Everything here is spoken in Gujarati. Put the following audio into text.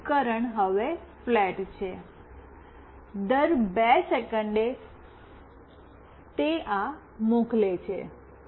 અને ઉપકરણ હવે ફ્લેટ છે દર બે સેકંડ તે આ મોકલે છે